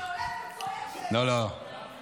שאת לא מתקזזת.